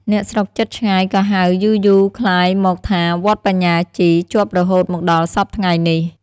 អ្នកស្រុកជិតឆ្ងាយក៏ហៅយារៗក្លាយមកថា "វត្តបញ្ញាជី" ជាប់រហូតមកដល់សព្វថ្ងៃនេះ។